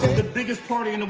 the biggest party in and